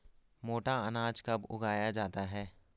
मोटा अनाज कब उगाया जाता है?